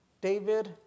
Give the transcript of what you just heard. David